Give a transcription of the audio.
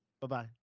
Bye-bye